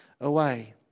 away